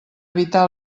evitar